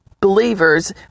believers